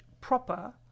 proper